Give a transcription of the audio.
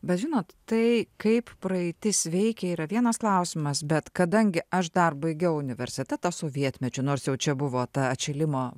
bet žinot tai kaip praeitis veikia yra vienas klausimas bet kadangi aš dar baigiau universitetą sovietmečiu nors jau čia buvo ta atšilimo